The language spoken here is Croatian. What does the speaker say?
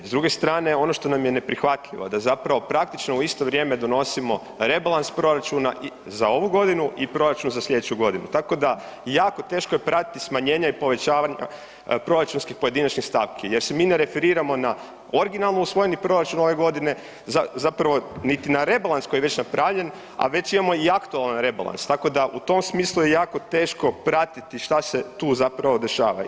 S druge strane ono što nam je neprihvatljivo da zapravo praktično u isto vrijeme donosimo rebalans proračuna za ovu godinu i proračun za sljedeću godinu, tako da je jako teško pratiti smanjenje i povećanje proračunskih pojedinačnih stavki jer se mi referiramo na originalno usvojeni proračun ove godine zapravo niti na rebalans koji je već napravljen, a već imamo i aktualan rebalans, tako da u tom smislu je jako teško pratiti šta se tu zapravo dešava.